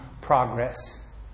progress